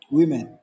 Women